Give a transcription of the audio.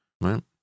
right